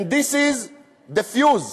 and this is the fuse.